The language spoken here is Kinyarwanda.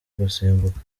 gusimbuka